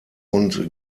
und